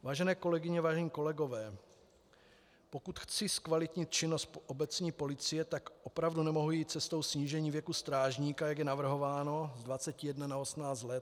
Vážené kolegyně, vážení kolegové, pokud chci zkvalitnit činnost obecní policie, tak opravdu nemohu jít cestou snížení věku strážníka, jak je navrhováno, z 21 na 18 let.